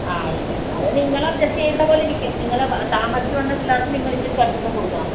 ആ ഇല്ലില്ല അത് നിങ്ങൾ അഡ്ജസ്റ്റ് ചെയ്യുന്നത് പോലെ ഇരിക്കും നിങ്ങൾ താമസിച്ച് വന്ന പിള്ളേർക്ക് നിങ്ങൾ ഇത്തിരി കണ്സെഷൻ കൊടുക്കണം